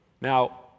Now